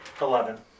Eleven